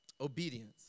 Obedience